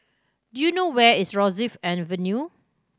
do you know where is Rosyth Avenue